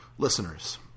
listeners